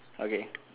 okay